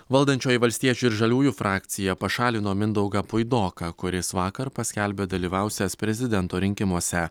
valdančioji valstiečių ir žaliųjų frakcija pašalino mindaugą puidoką kuris vakar paskelbė dalyvausiąs prezidento rinkimuose